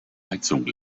heizung